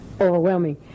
overwhelming